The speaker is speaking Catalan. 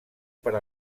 per